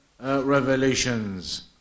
Revelations